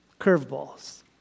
Curveballs